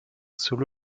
solo